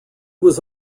was